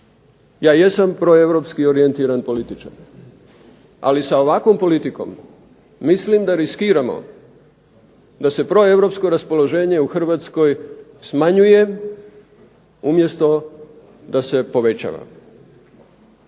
Ja jesam proeuropski orijentiran političar, ali sa ovakvom politikom mislim da riskiramo da se proeuropsko raspoloženje u Hrvatskoj smanjuje, umjesto da se povećava.